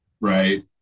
right